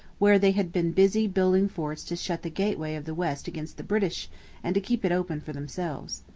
where they had been busy building forts to shut the gateway of the west against the british and to keep it open for themselves.